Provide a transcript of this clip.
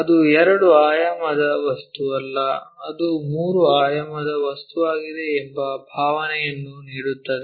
ಅದು ಎರಡು ಆಯಾಮದ ವಸ್ತುವಲ್ಲ ಅದು ಮೂರು ಆಯಾಮದ ವಸ್ತುವಾಗಿದೆ ಎಂಬ ಭಾವನೆಯನ್ನು ನೀಡುತ್ತದೆ